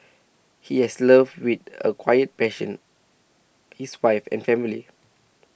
he has loved with a quiet passion his wife and family